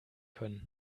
können